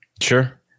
Sure